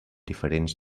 diferents